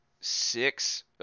six –